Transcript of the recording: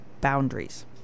boundaries